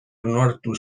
onartu